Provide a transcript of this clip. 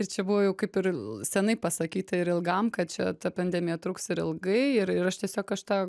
ir čia buvo jau kaip ir l senai pasakyta ir ilgam kad čia ta pandemija truks ilgai ir ir aš tiesiog aš tą